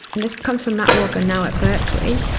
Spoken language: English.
and this comes from matt walker, now at berkeley.